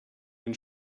den